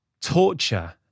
torture